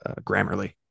Grammarly